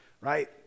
right